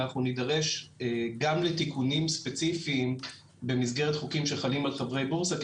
אנחנו נדרש גם לתיקונים ספציפיים במסגרת חוקים שחלים על חוקי בורסה,